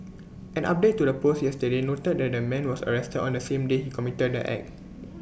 an update to the post yesterday noted that the man was arrested on the same day he committed the act